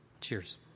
Cheers